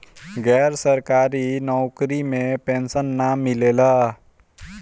गैर सरकारी नउकरी में पेंशन ना मिलेला